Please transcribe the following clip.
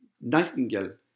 nightingale